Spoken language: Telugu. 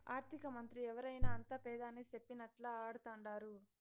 ఆర్థికమంత్రి ఎవరైనా అంతా పెదాని సెప్పినట్లా ఆడతండారు